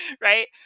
Right